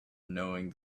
knowing